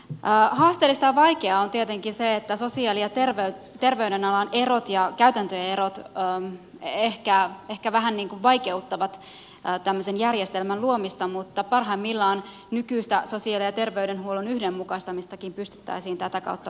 haasteellista ja vaikeaa on tietenkin se että sosiaali ja terveydenalan erot ja käytäntöjen erot ehkä vähän vaikeuttavat tämmöisen järjestelmän luomista mutta parhaimmillaan nykyistä sosiaali ja terveydenhuollon yhdenmukaistamistakin pystyttäisiin tätä kautta toteuttamaan